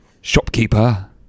shopkeeper